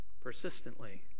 persistently